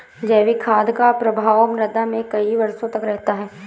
जैविक खाद का प्रभाव मृदा में कई वर्षों तक रहता है